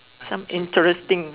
some interesting